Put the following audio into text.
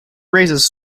raises